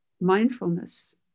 mindfulness